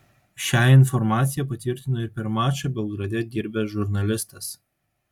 šią informacija patvirtino ir per mačą belgrade dirbęs žurnalistas